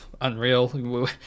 unreal